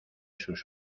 sus